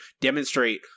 demonstrate